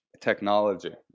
technology